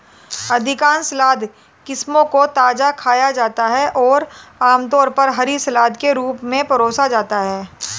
अधिकांश सलाद किस्मों को ताजा खाया जाता है और आमतौर पर हरी सलाद के रूप में परोसा जाता है